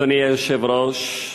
אדוני היושב-ראש,